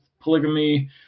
polygamy